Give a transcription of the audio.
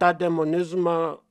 tą demonizmą